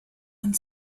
and